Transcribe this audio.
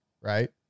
right